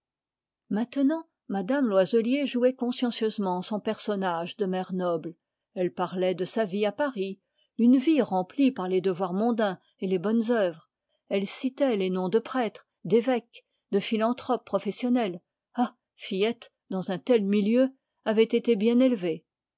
maintenant mme loiselier jouait consciencieusement son personnage de mère noble elle parlait de sa vie à paris une vie remplie par les devoirs mondains et les bonnes œuvres elle citait les noms de prêtres d'évêques de philanthropes professionnels ah fillette dans un tel milieu avait été bien élevée